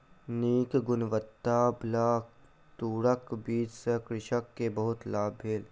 नीक गुणवत्ताबला तूरक बीज सॅ कृषक के बहुत लाभ भेल